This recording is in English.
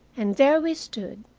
and there we stood,